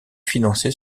financer